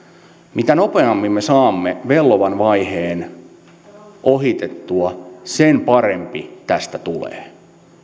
mitä nopeammin me saamme vellovan vaiheen ohitettua sen parempi tästä tulee